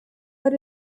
but